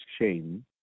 shame